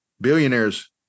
Billionaires